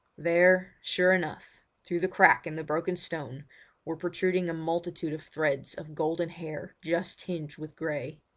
there, sure enough, through the crack in the broken stone were protruding a multitude of threads of golden hair just tinged with grey!